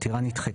העתירה נדחתה.